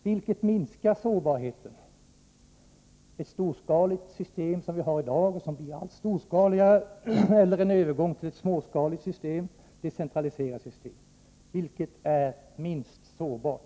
Vilket minskar sårbarheten — ett storskaligt system som det vi har i dag, som blir alltmer storskaligt, eller en övergång till ett småskaligare, decentraliserat system? Vilket av systemen gör att vårt samhälle blir minst sårbart?